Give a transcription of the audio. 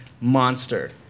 monster